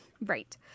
Right